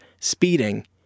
speeding